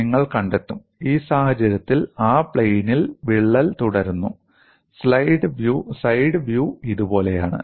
നിങ്ങൾ കണ്ടെത്തും ഈ സാഹചര്യത്തിൽ ആ പ്ലൈനിൽ വിള്ളൽ തുടരുന്നു സൈഡ് വ്യൂ ഇതുപോലെയാണ്